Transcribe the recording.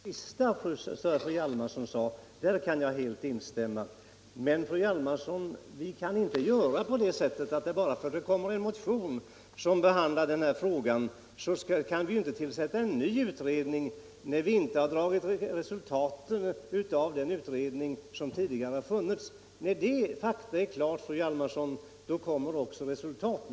Herr talman! Det sista som fru Hjalmarsson sade kan jag helt instämma i. Men, fru Hjalmarsson, bara för att det kommer en motion i denna fråga kan vi inte tillsätta en ny utredning, när vi inte har dragit slutsatserna av den utredning som tidigare gjorts. När fakta är klara, fru Hjalmarsson, kommer också resultaten.